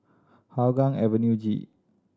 Hougang Avenue G